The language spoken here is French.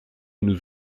nous